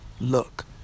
Look